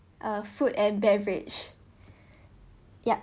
uh food and beverage yup